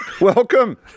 Welcome